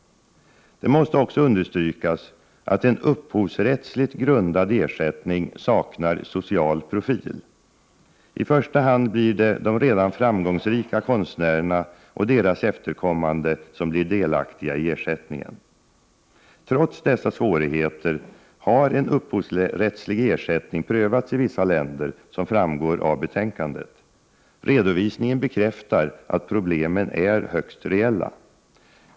Det måste också understrykas att en upphovsrättsligt grundad ersättning saknar social profil. I första hand blir det de redan framgångsrika konstnärerna och deras efterkommande som blir delaktiga i ersättningen. Trots dessa svårigheter har en upphovsrättslig ersättning prövats i vissa länder, så som framgår av betänkandet. Resultatet av dessa försök bekräftar att problemen är högst reella.